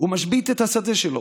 ומשבית את שדהו,